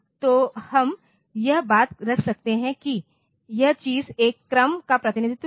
तो हम यह बात रख सकते हैं कि यह चीज़ नए क्रम का प्रतिनिधित्व करेगा